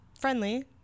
friendly